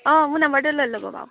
অঁ মোৰ নাম্বাৰতো লৈ ল'ব বাৰু